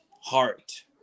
heart